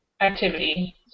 activity